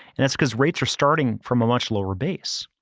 and that's because rates are starting from a much lower base.